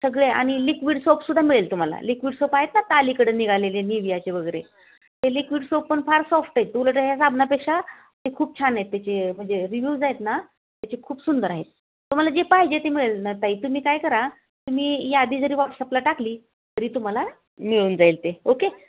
सगळे आणि लिक्विड सोपसुद्धा मिळेल तुम्हाला लिक्विड सोप आहेत ना आता अलीकडे निघाले निवियाचे वगैरे ते लिक्विड सोप पण फार सॉफ्ट आहेत उलट ह्या साबणापेक्षा ते खूप छान आहेत त्याचे म्हणजे रिव्यूज आहेत ना त्याचे खूप सुंदर आहेत तुम्हाला जे पाहिजे ते मिळेल ना ताई तुम्ही काय करा तुम्ही यादी जरी व्हॉट्सअपला टाकली तरी तुम्हाला मिळून जाईल ते ओके